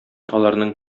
аларның